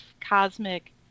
cosmic